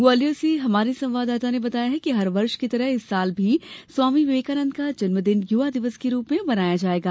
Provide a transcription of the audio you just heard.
ग्वालियर से हमारे संवाददाता ने बताया है कि हरवर्ष की तरह इस बार भी स्वामी विवेकानंद का जन्म दिवस युवा दिवस के रूप में मनाया जायेगा